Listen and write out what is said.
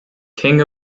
king